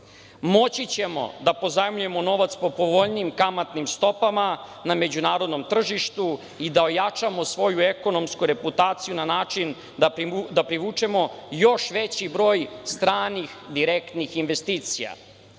ćemo da pozajmljujemo po povoljnijim kamatnim stopama na međunarodnom tržištu i da ojačamo svoju ekonomsku reputaciju na način da privučemo još veći broj stranih direktnih investicija.